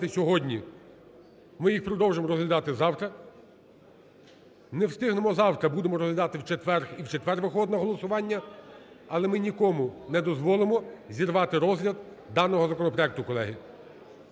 сьогодні, ми їх продовжимо розглядати завтра, не встигнемо завтра – будемо розглядати в четвер і в четвер виходимо на голосування. Але ми нікому не дозволимо зірвати розгляд даного законопроекту. Колеги,